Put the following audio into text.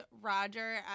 roger